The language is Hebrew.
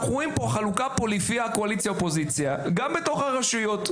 אנחנו רואים פה חלוקה לפי קואליציה אופוזיציה גם בתוך הרשויות.